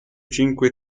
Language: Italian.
cinque